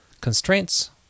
Constraints